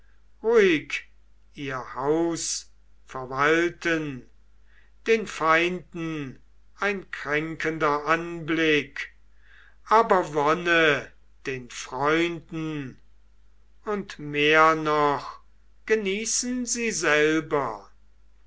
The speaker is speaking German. ihr haus verwalten den feinden ein kränkender anblick aber wonne den freunden und mehr noch genießen sie selber